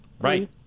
Right